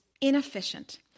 inefficient